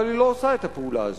אבל היא לא עושה את הפעולה הזאת.